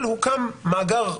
אבל הוקם מאגר מקביל,